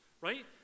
right